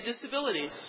disabilities